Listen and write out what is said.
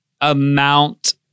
amount